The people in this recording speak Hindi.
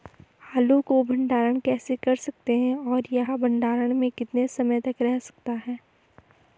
आलू को भंडारण कैसे कर सकते हैं और यह भंडारण में कितने समय तक रह सकता है?